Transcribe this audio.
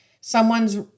someone's